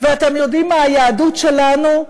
ואתם יודעים מה, היהדות שלנו,